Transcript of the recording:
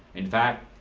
in fact,